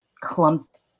clumped